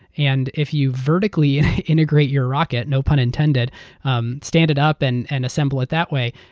and if you vertically-integrate your rocketeur no pun intendedeur um stand it up and and assemble it that way,